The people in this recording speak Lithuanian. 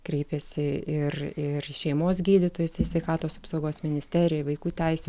kreipėsi ir ir į šeimos gydytojus į sveikatos apsaugos ministeriją į vaikų teisių